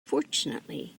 fortunately